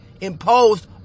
imposed